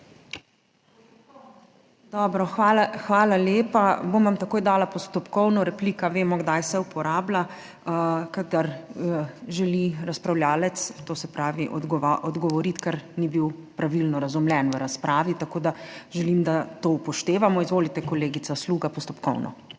Dobro. Hvala lepa. Bom vam takoj dala postopkovno, replika vemo kdaj se uporablja, kadar želi razpravljavec, to se pravi odgovoriti, ker ni bil pravilno razumljen v razpravi, tako da želim, da to upoštevamo. Izvolite, kolegica Sluga, postopkovno.